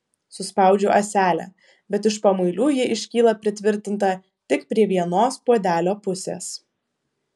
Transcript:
suspaudžiu ąselę bet iš pamuilių ji iškyla pritvirtinta tik prie vienos puodelio pusės